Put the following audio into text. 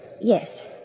Yes